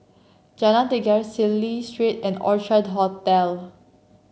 Jalan Tiga Cecil Street and Orchard Hotel